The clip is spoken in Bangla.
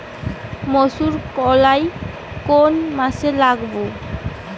মুসুর কলাই কোন মাসে লাগাব?